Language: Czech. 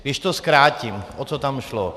Když to zkrátím, o co tam šlo?